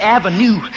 Avenue